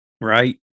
right